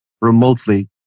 remotely